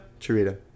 Charita